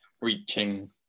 reaching